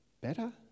better